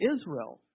Israel